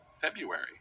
february